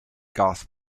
garth